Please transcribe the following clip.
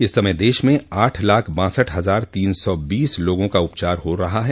इस समय देश में आठ लाख बासठ हजार तीन सौ बीस लोगों का उपचार हो रहा है